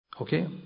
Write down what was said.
Okay